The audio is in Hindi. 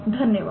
धन्यवाद